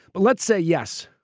but let's say yes,